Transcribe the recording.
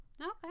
Okay